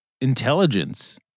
intelligence